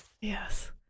Yes